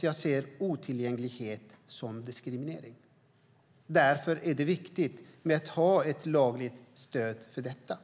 Jag ser otillgänglighet som diskriminering. Därför är det viktigt att ha ett lagligt stöd för detta.